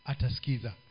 Ataskiza